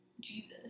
Jesus